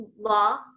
law